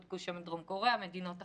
בדקו שם את דרום קוריאה ומדינות אחרות,